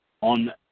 on